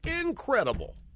incredible